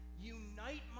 Unite